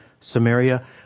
Samaria